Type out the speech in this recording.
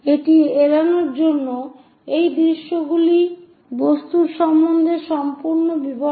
এটি এড়ানোর জন্য এই দৃশ্যগুলি বস্তুর সম্বন্ধে সম্পূর্ণ বিবরণ দেয়